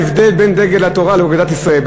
זה ההבדל בין דגל התורה לאגודת ישראל.